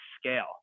scale